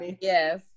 yes